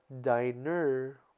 diner